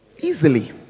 easily